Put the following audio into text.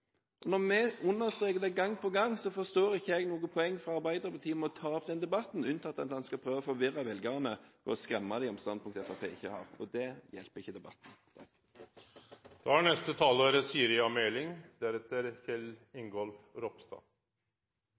landet. Når vi understreker dette gang på gang, forstår jeg ikke hvorfor det er noe poeng for Arbeiderpartiet å ta opp den debatten – unntatt for å prøve å forvirre velgerne og skremme dem med standpunkter som Fremskrittspartiet ikke har, og det hjelper ikke debatten.